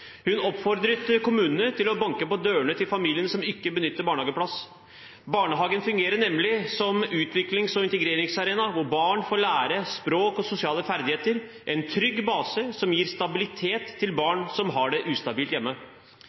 Hun oppfordret kommunene til å banke på dørene til familiene som ikke benytter barnehageplass. Barnehagen fungerer nemlig som utviklings- og integreringsarena, hvor barn får lære språk og sosiale ferdigheter – en trygg base som gir stabilitet til barn som har det ustabilt hjemme.